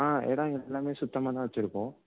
ஆ இடம் எல்லாமே சுத்தமாக தான் வச்சுருக்கோம்